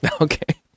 Okay